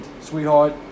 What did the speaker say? sweetheart